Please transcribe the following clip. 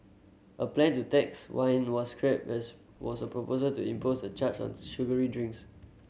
a plan to tax wine was scrapped as was a proposal to impose a charge on sugary drinks